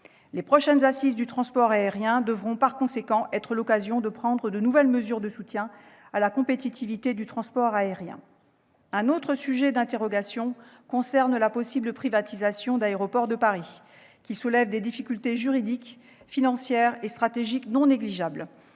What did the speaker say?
Les prochaines assises du transport aérien devront par conséquent être l'occasion de prendre de nouvelles mesures de soutien à la compétitivité de ce secteur. Un autre sujet d'interrogation concerne la possible privatisation d'Aéroports de Paris, qui soulève des difficultés juridiques, financières et stratégiques non négligeables,